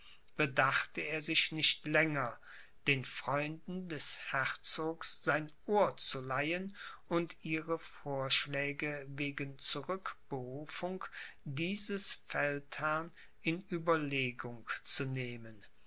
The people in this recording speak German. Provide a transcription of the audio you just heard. bedachte er sich nicht länger den freunden des herzogs sein ohr zu leihen und ihre vorschläge wegen zurückberufung dieses feldherrn in ueberlegung zu nehmen